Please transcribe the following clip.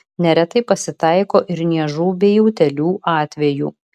neretai pasitaiko ir niežų bei utėlių atvejų